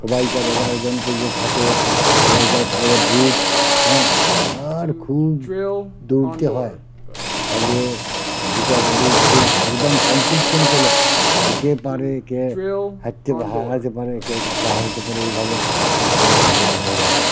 সবাইকার এগারো জন করে থাকে সবাইকার পায়ে বুট হ্যাঁ আর খুব দৌড়তে হয় তাহলে দুটো দলই খুব একদম কম্পিটিশন চলে যে কে পারে কে হারাতে পারে কে কাকে হারাতে পারে এইভাবে মানে খেলাটা ইয়ে হয়